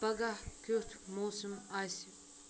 پگہہ کِیُتھ موسم آسِہ ؟